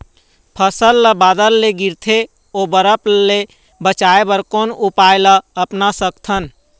फसल ला बादर ले गिरथे ओ बरफ ले बचाए बर कोन उपाय ला अपना सकथन?